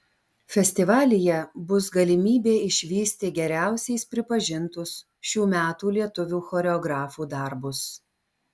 festivalyje bus galimybė išvysti geriausiais pripažintus šių metų lietuvių choreografų darbus